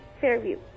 fairview